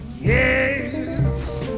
yes